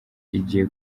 igiye